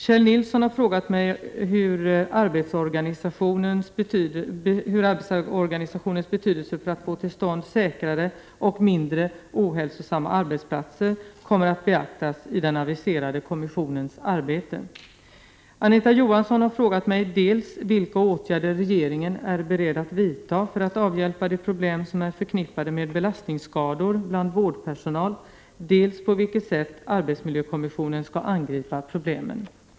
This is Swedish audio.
Kjell Nilsson har frågat mig hur arbetsorganisationens betydelse för att få till stånd säkrare och mindre ohälsosamma arbetsplatser kommer att beaktas i den aviserade kommissionens arbete. Anita Johansson har frågat mig dels vilka åtgärder regeringen är beredd att vidta för att avhjälpa de problem som är förknippade med belastningsskador 53 bland vårdpersonal, dels på vilket sätt arbetsmiljökommissionen skall angripa problemen.